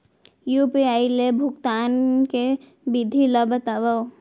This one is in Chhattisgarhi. यू.पी.आई ले भुगतान के विधि ला बतावव